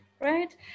right